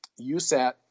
USAT